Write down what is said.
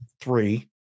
three